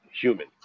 human